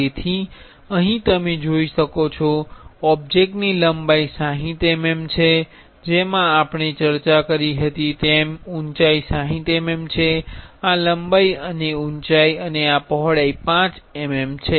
તેથી અહીં તમે જોઈ શકો છો કે ઓબ્જેક્ટની ની લંબાઈ 60 mm છે જેમ આપણે ચર્ચા કરી હતી અને ઉંચાઈ 60 mm છે આ લંબાઈ અને આ ઉંચાઇ અને પહોળાઈ 5 mm છે